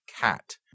cat